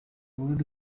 burundi